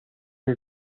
que